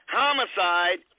homicide